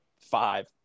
five